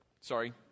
Sorry